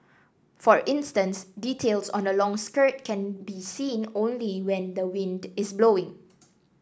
for instance details on a long skirt can be seen only when the wind is blowing